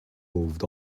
moved